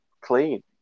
clean